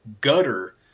gutter